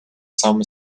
самом